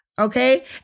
Okay